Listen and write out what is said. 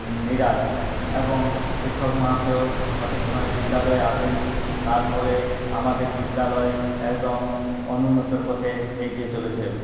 নারাজ এবং শিক্ষক মহাশয়ও সঠিক সময়ে বিদ্যালয়ে আসেনি তার ফলে আমাদের বিদ্যালয় একদম অনুন্নতির পথে এগিয়ে চলেছে